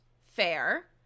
Fair